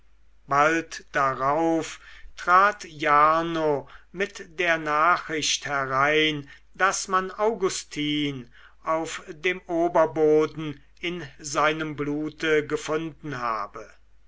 bald darauf trat jarno mit der nachricht herein daß man augustin auf dem oberboden in seinem blute gefunden habe